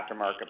aftermarket